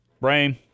brain